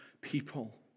people